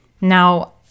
Now